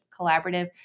Collaborative